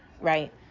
right